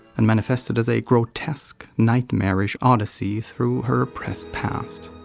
and manifested as a grotesque, nightmarish odyssey through her repressed past.